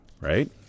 right